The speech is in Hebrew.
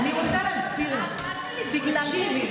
אני רוצה להסביר לך, תקשיבי.